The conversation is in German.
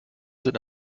sind